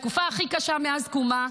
התקופה הכי קשה מאז קומה.